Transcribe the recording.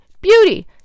beauty